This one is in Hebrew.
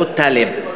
לא טָלֵב.